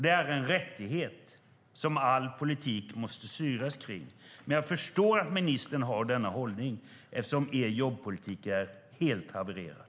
Det är en rättighet som all politik måste styras av. Men jag förstår att ministern har denna hållning eftersom er jobbpolitik är helt havererad.